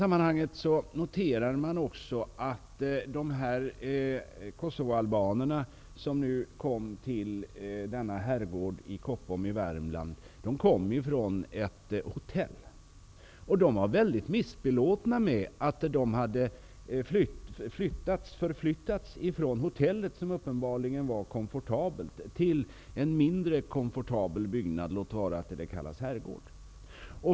Man kan också notera att Kosovoalbanerna på denna herrgård i Värmland tidigare hade bott på ett hotell. De var väldigt missbelåtna med att de hade förflyttats från detta hotell, som uppenbarligen var komfortabelt, till en mindre komfortabel byggnad -- låt vara att den kallas för herrgård.